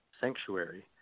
sanctuary